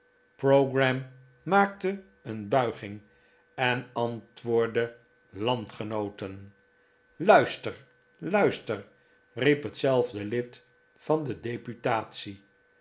pogram maakte een buiging en antwoordde landgenooten luister luister riep hetzelfde lid van de